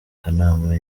kanama